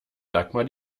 dagmar